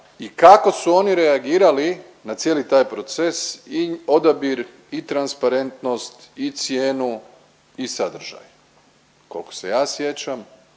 i kako su oni reagirali na cijeli taj proces i odabir i transparentnost i cijenu i sadržaj. Koliko se ja sjećam